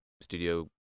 studio